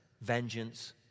vengeance